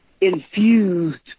infused